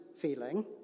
feeling